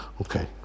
okay